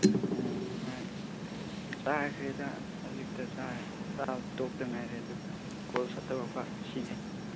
ꯑꯣ ꯆꯥꯔꯁꯤꯗ ꯍꯧꯖꯤꯛꯇ ꯆꯥꯔꯦ ꯆꯥꯕ ꯇꯣꯛꯄꯗ ꯉꯥꯏꯔꯤ ꯑꯗꯨꯒ ꯀꯣꯜ ꯁꯠ ꯇꯧꯔꯛꯄ ꯑꯁꯤꯅꯤ